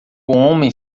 homem